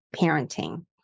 parenting